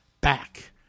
back